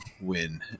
win